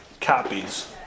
copies